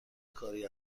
کاری